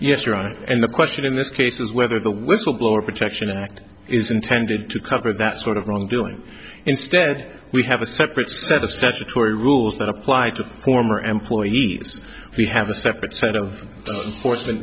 yes right and the question in this case is whether the whistleblower protection act is intended to cover that sort of wrongdoing instead we have a separate set of statutory rules that apply to former employees we have a separate set of unfor